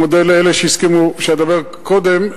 אני מודה לאלה שהסכימו שאדבר קודם,